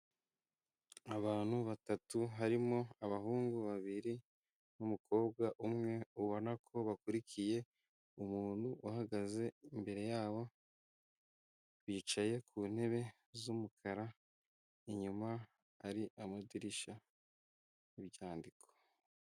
Abantu batatu harimo abahungu babiri n'umukobwa umwe, ubona ko bakurikiye umuntu uhagaze imbere yabo, bicaye ku ntebe z'umukara inyuma ari amadirishya n'ibyandiko.